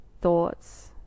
thoughts